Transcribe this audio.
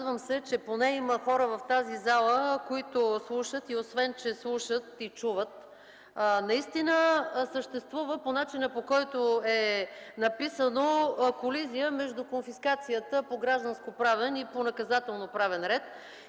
Радвам се, че има поне хора в тази зала, които слушат и освен че слушат, и чуват. Наистина съществува по начина, по който е написано, колизия между конфискацията по гражданскоправен и по наказателноправен ред